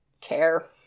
care